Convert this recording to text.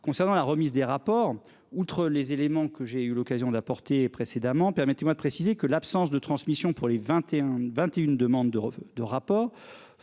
concernant la remise des rapports. Outre les éléments que j'ai eu l'occasion d'apporter précédemment. Permettez-moi de préciser que l'absence de transmission pour les 21 21 demandes de, de rapports